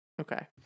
Okay